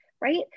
right